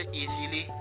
easily